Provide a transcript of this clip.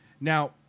Now